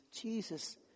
Jesus